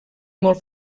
molt